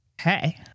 Hey